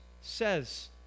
says